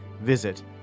Visit